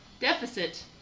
deficit